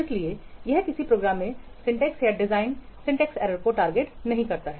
इसलिए यह किसी प्रोग्राम में सिंटैक्स या डिज़ाइन सिंटैक्सएरर्स को टारगेट नहीं करता है